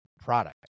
product